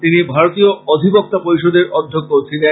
তিনি ভারতীয় অধিবক্তা পরিষদের অধ্যক্ষ ও ছিলেন